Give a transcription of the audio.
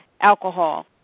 alcohol